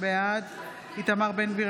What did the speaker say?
בעד איתמר בן גביר,